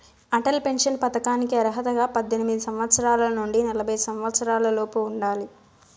Atal pension పథకానికి అర్హతగా పద్దెనిమిది సంవత్సరాల నుండి నలభై సంవత్సరాలలోపు ఉండాలి